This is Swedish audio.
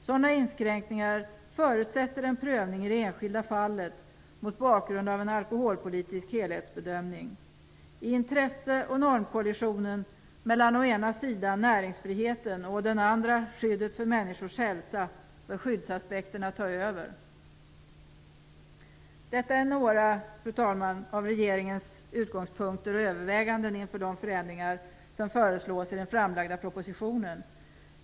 Sådana inskränkningar förutsätter en prövning i det enskilda fallet mot bakgrund av en alkoholpolitisk helhetsbedömning. Vid intresse och normkollisionen mellan å ena sidan näringsfriheten och den andra sidan skyddet för människors hälsa bör skyddsaspekterna ta över. Fru talman! Detta är några av regeringens utgångspunkter och överväganden inför de förändringar som föreslås i den framlagda propositionen.